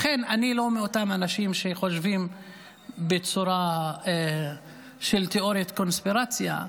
אני לא מאותם אנשים שחושבים בצורה של תיאוריית קונספירציה,